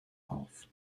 auf